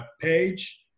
page